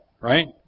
right